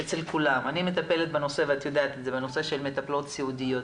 אני מטפלת בנושא של מטפלות סיעודיות.